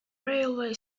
railway